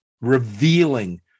revealing